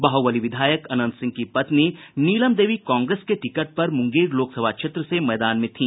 बाहुबली विधायक अनंत सिंह की पत्नी नीलम देवी कांग्रेस के टिकट पर मुंगेर लोक सभा क्षेत्र से मैदान में थी